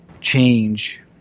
change